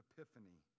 Epiphany